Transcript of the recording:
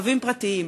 רכבים פרטיים.